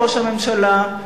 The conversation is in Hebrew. ראש הממשלה,